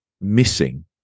missing